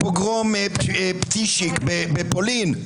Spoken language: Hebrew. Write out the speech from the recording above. לפוגרום בפולין,